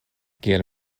kiel